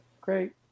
Great